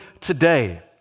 today